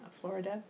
Florida